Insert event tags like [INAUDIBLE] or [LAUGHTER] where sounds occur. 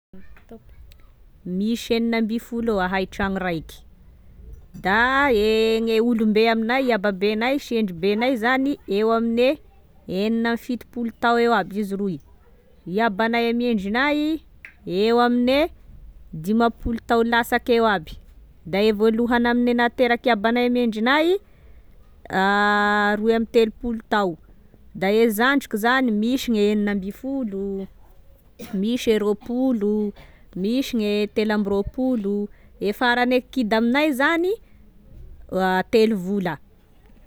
Misy enina ambifolo ahay tragno raiky, da e gne olom-be aminay, i ababenay sy endribenay zany eo amine enina amy fitopolo tao eo aby izy roy, i abanay amy endrinay [HESITATION] eo amine [HESITATION] dimampolo tao lasake eo aby, da e voalohany amy nateraky abanay amy endrinay a [HESITATION] roy amby telopolo tao, da e zandriko zany misy gne enina ambifolo, misy e roapolo, misy gne telo amby roapolo, e farane kidy aminay zany [HESITATION] a- telo vola.